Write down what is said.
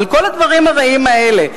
אבל כל הדברים הרעים האלה,